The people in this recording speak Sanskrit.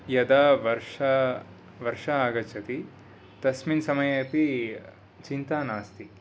यदा वर्षा वर्षा आगच्छति तस्मिन् समये अपि चिन्ता नास्ति